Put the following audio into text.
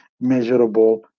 measurable